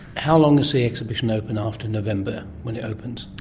how long is the exhibition open after november when it opens?